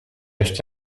acheté